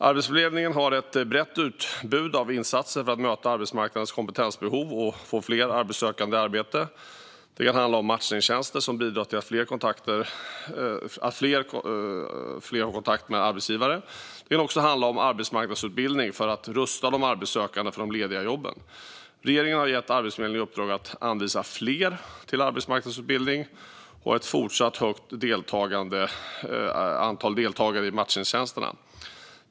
Arbetsförmedlingen har ett brett utbud av insatser för att möta arbetsmarknadens kompetensbehov och få fler arbetssökande i arbete. Det kan handla om matchningstjänster som bidrar till fler kontakter med arbetsgivare. Det kan också handla om arbetsmarknadsutbildning för att rusta de arbetssökande för de lediga jobben. Regeringen har gett Arbetsförmedlingen i uppdrag att anvisa fler till arbetsmarknadsutbildning och ha ett fortsatt högt antal deltagare i matchningstjänster.